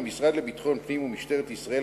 המשרד לביטחון הפנים ומשטרת ישראל,